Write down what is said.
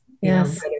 Yes